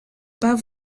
pas